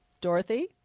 Dorothy